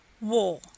War